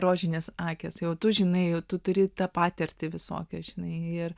rožinės akys jau tu žinai tu turi tą patirtį visokią žinai ir